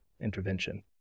intervention